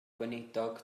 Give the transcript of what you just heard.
gweinidog